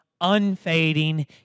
unfading